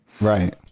right